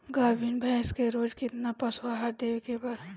गाभीन भैंस के रोज कितना पशु आहार देवे के बा?